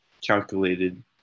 calculated